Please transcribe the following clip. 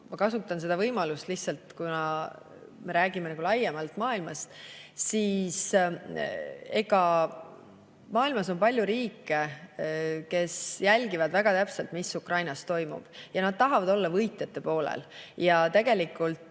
ma kasutan lihtsalt võimalust ja ütlen, kuna me räägime laiemalt maailmast, et maailmas on palju riike, kes jälgivad väga täpselt, mis Ukrainas toimub, ja nad tahavad olla võitjate poolel. Kui